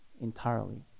entirely